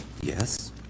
Yes